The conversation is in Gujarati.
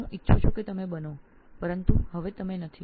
હું ઇચ્છું છું કે આપ બાળકો બનો પણ હવે આપ નથી